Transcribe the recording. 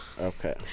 okay